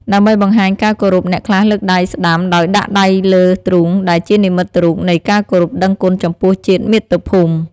ដើម្បីបង្ហាញការគោរព អ្នកខ្លះលើកដៃស្តាំដោយដាក់ដៃលើទ្រូង ដែលជានិមិត្តរូបនៃការគោរពដឹងគុណចំពោះជាតិមាតុភូមិ។